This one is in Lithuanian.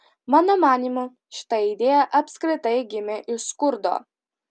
mano manymu šita idėja apskritai gimė iš skurdo